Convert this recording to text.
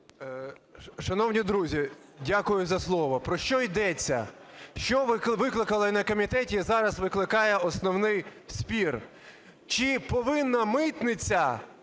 Шановні друзі, дякую за слово. Про що йдеться? Що викликало на комітеті і зараз викликає основний спір? Чи повинна митниця